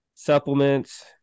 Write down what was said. Supplements